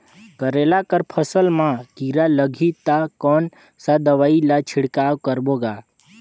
करेला कर फसल मा कीरा लगही ता कौन सा दवाई ला छिड़काव करबो गा?